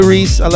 Reese